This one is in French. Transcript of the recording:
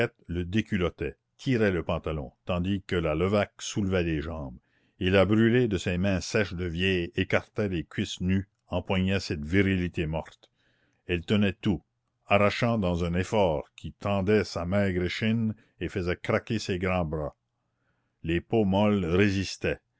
le déculottait tirait le pantalon tandis que la levaque soulevait les jambes et la brûlé de ses mains sèches de vieille écarta les cuisses nues empoigna cette virilité morte elle tenait tout arrachant dans un effort qui tendait sa maigre échine et faisait craquer ses grands bras les peaux molles résistaient